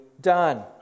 done